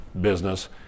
business